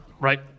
Right